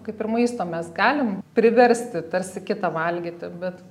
kaip ir maisto mes galim priversti tarsi kitą valgyti bet